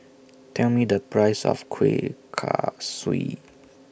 Tell Me The Price of Kuih Kaswi